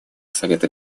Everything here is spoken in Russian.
совета